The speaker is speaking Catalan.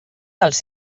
dels